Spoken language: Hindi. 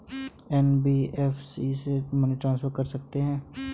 एन.बी.एफ.सी से मनी ट्रांसफर कैसे करें?